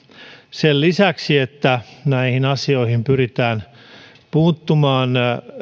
sen lisäksi että näihin asioihin pyritään puuttumaan